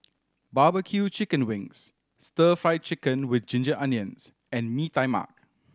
barbecue chicken wings Stir Fry Chicken with ginger onions and Mee Tai Mak